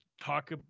talk